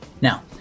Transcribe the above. Now